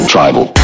Tribal